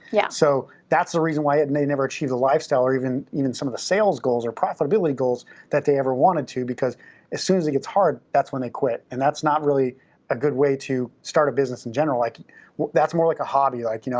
yeah. so that's the reason why and they never achieve the lifestyle or even even some of the sales goals or profitability goals that they ever wanted to, because as soon as it gets hard, that's when they quit, and that's not really a good way to start a business in general. like that's more like a hobby. like, you know